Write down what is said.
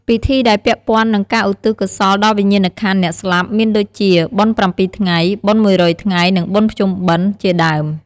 ពិធីដែលពាក់ព័ន្ធនឹងការឧទ្ទិសកុសលដល់វិញ្ញាណក្ខន្ធអ្នកស្លាប់ មានដូចជា បុណ្យប្រាំពីរថ្ងែ បុណ្យមួយរយថ្ងៃ និង បុណ្យភ្ជុំបិណ្ឌ ជាដើម។